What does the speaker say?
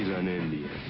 an indian.